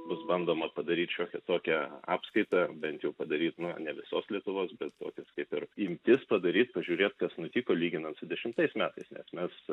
bus bandoma padaryt šiokią tokią apskaitą bent jau padaryt na ne visos lietuvos bet tokios kaip ir imtis padaryt pažiūrėt kas nutiko lyginant su dešimtais metais nes mes